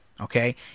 okay